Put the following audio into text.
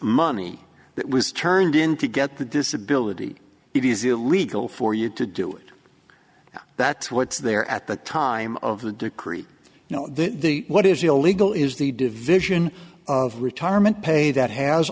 money that was turned in to get the disability it is illegal for you to do it that's what's there at the time of the decree you know that the what is illegal is the division of retirement pay that has